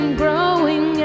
growing